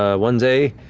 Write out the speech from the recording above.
ah one day,